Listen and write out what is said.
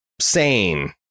sane